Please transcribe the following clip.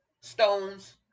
stones